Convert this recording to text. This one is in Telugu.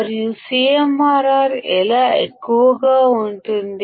మరియు CMRR ఎలా ఎక్కువగా ఉంటుంది